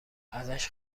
ازش